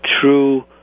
true